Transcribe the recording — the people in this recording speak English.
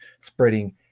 spreading